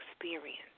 experience